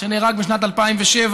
שנהרג בשנת 2007,